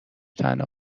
تنها